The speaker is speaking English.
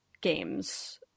games